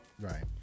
Right